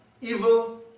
evil